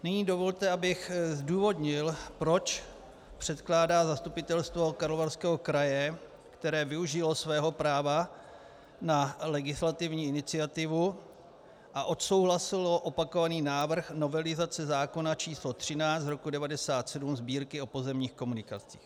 Nyní dovolte, abych zdůvodnil, proč předkládá Zastupitelstvo Karlovarského kraje, které využilo svého práva na legislativní iniciativu a odsouhlasilo opakovaný návrh novelizace zákona číslo 13/1997 Sb. o pozemních komunikacích.